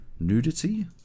Nudity